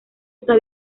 está